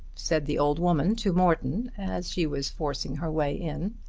said the old woman to morton as she was forcing her way in.